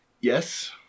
Yes